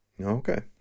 Okay